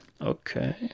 Okay